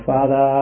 Father